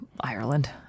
Ireland